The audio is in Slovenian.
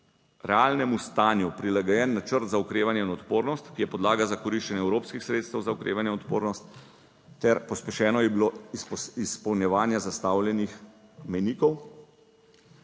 realnemu stanju prilagojen načrt za okrevanje in odpornost, ki je podlaga za koriščenje evropskih sredstev za okrevanje in odpornost ter pospešeno je bilo izpolnjevanje zastavljenih mejnikov.